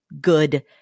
good